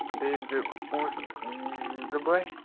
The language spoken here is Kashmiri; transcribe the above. بیٚیہِ أنۍ زیٚو پۅنٛسہٕ زٕ بۄہرِ